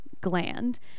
gland